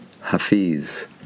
Hafiz